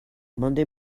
monday